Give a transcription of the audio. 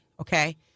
Okay